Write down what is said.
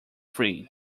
free